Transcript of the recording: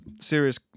serious